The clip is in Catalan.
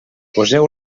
poseu